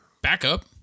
backup